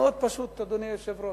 מאוד פשוט, אדוני היושב-ראש,